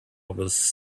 was